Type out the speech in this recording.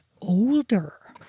older